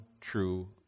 true